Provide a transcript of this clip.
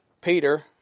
Peter